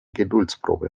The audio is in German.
geduldsprobe